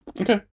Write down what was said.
Okay